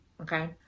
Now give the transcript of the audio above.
Okay